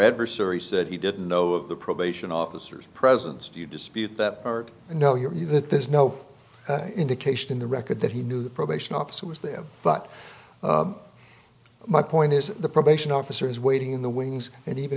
adversary said he didn't know of the probation officers present do you dispute that you know you're that there's no indication in the record that he knew the probation officer was there but my point is the probation officer is waiting in the wings and even